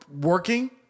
working